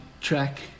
track